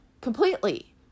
completely